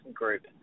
group